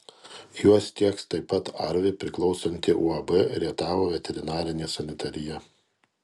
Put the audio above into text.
juos tieks taip pat arvi priklausanti uab rietavo veterinarinė sanitarija